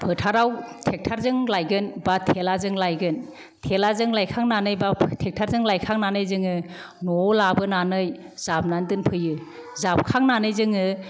फोथाराव थेक्टारजों लायगोन बा थेलाजों लायगोन थेलाजों लायखांनानै बा थेक्टारजों लायखांनानै जोङो न'आव लाबोनानै जाबनानै दोनफैयो जाबखांनानै जोङो